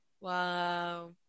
Wow